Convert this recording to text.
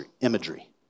imagery